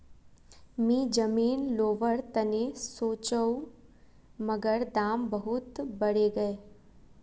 मी जमीन लोवर तने सोचौई मगर दाम बहुत बरेगये